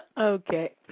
Okay